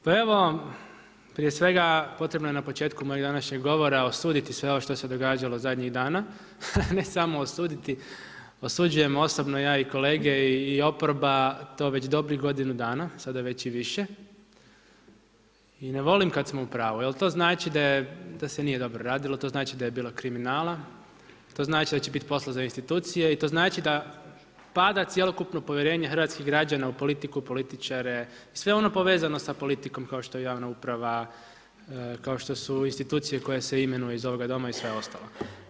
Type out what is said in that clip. Pa evo prije svega potrebno je na početku mog današnjeg govora osuditi sve ovo što se događalo zadnjih dana, ne samo osuditi, osuđujemo osobno ja i kolege i oporba to već dobrih godinu dana, sada već i više i ne volim kada smo upravu jel to znači da se nije dobro radilo, to znači da je bilo kriminala, to znači da će biti posla za institucije i to znači da pada cjelokupno povjerenje hrvatskih građana u politiku, političare, sve ono povezano za politikom kao što je javna uprava, kao što su institucije koje se imenuju iz ovoga Doma i sve ostalo.